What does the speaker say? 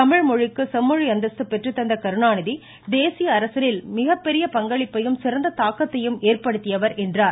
தமிழ்மொழிக்கு செம்மொழி அந்தஸ்து பெற்றுதந்த கருணாநிதி தேசிய அரசியலில் மிகப்பெரிய பங்களிப்பையும் சிறந்த தாக்கத்தையும் ஏற்படுத்தியவர் என்றார்